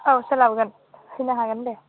औ सोलाबगोन फैनो हागोन दे